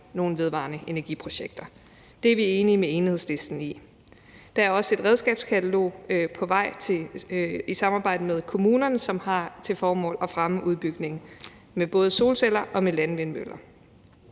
nogle vedvarende energi-projekter. Det er vi enige med Enhedslisten i. Der er også et redskabskatalog på vej i samarbejde med kommunerne, som har til formål at fremme udbygningen af både solceller og landvindmøller.